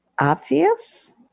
obvious